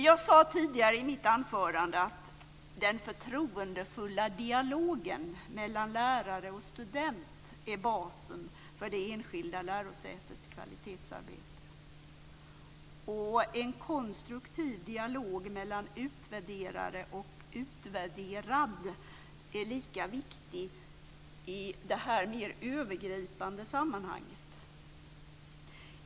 Jag sade tidigare i mitt anförande att den förtroendefulla dialogen mellan lärare och student är basen för det enskilda lärosätets kvalitetsarbete. En konstruktiv dialog mellan utvärderare och utvärderad är lika viktig i det mer övergripande sammanhanget.